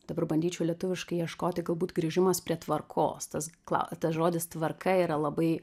dabar bandyčiau lietuviškai ieškoti galbūt grįžimas prie tvarkos tas kla tas žodis tvarka yra labai